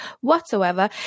whatsoever